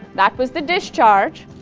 that was the discharge,